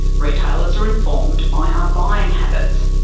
retailers are informed by our buying habits.